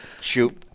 shoot